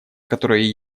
которые